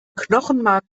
knochenmark